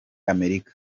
america